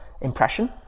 impression